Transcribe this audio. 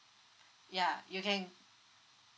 ya you can